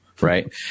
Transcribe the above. right